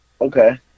Okay